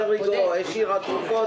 פריגו השאירה תרופות.